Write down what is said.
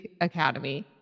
Academy